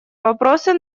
вопросы